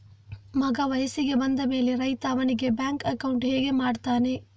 ಮಗ ವಯಸ್ಸಿಗೆ ಬಂದ ಮೇಲೆ ರೈತ ಅವನಿಗೆ ಬ್ಯಾಂಕ್ ಅಕೌಂಟ್ ಹೇಗೆ ಮಾಡ್ತಾನೆ?